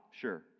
sure